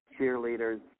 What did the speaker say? cheerleaders